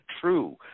true